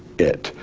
it.